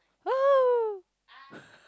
!whoo!